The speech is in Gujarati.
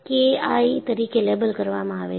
આને કે આઈ તરીકે લેબલ કરવામાં આવ્યું છે